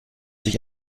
sich